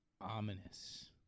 ominous